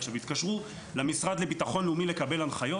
הם יתקשרו למשרד לבטחון לאומי לקבל הנחיות?